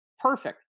perfect